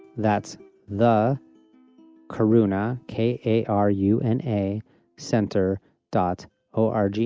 that's the karuna k a r u n a center dot org.